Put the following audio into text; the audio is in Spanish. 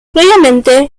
previamente